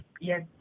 yes